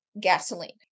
Gasoline